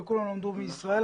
וכולם למדו מישראל.